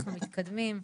אנחנו מתקדמים,